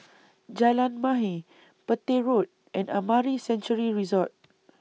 Jalan Mahir Petir Road and Amara Sanctuary Resort